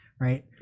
Right